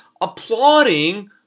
applauding